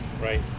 Right